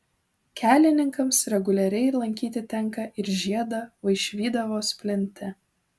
kelininkams reguliariai lankyti tenka ir žiedą vaišvydavos plente